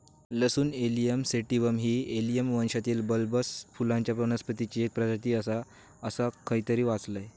लसूण allium sativum ही allium वंशातील बल्बस फुलांच्या वनस्पतीची एक प्रजाती आसा, असा मी खयतरी वाचलंय